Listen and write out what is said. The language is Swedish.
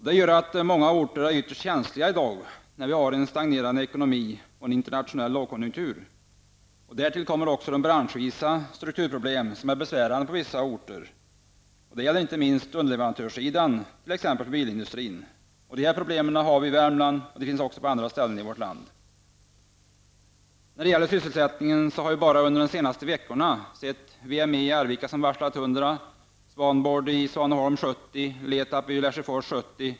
Det gör att många orter är ytterst känsliga i dag när vi har både en stagnerande ekonomi och en internationell lågkonjuktur. Därtill kommer också branschvisa strukturproblem som är besvärande på vissa orter. Det gäller inte minst underleverantörssidan, t.ex. bilindustrin. Dessa problem gäller i Värmland och på många andra ställen i vårt land. När det gäller sysselsättningen så har vi bara under senaste veckorna sett att VME i Arvika varslat 100, Svanboard i Svaneholm 70, Letab i Lesjöfors 70.